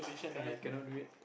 and I cannot do it